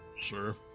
Sure